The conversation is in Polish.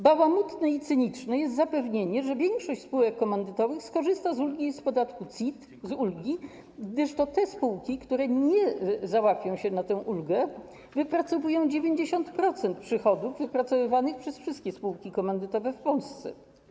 Bałamutne i cyniczne jest zapewnienie, że większość spółek komandytowych skorzysta z ulgi w podatku CIT, gdyż to te spółki, które nie załapią się na tę ulgę, wypracowują 90% przychodów wypracowywanych przez wszystkie spółki komandytowe w Polsce.